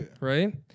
right